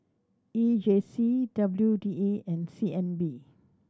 E J C W D A and C N B